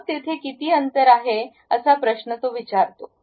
मग तेथे किती अंतर आहेअसा प्रश्न तो विचारतो